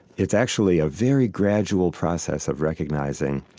it's actually a very gradual process of recognizing,